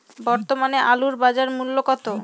বর্তমানে আলুর বাজার মূল্য কত?